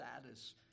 status